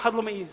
אף אחד לא מעז.